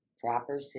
proper